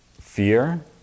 fear